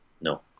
no